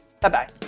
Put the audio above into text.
Bye-bye